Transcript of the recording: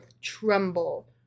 tremble